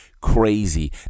crazy